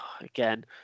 again